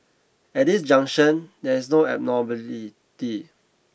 at this juncture there is no abnormality